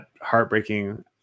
heartbreaking